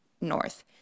North